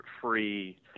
free